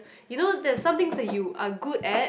you know there's somethings that you are good at